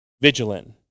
vigilant